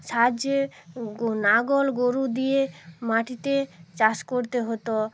সাহায্যে গো লাঙ্গল গরু দিয়ে মাটিতে চাষ করতে হতো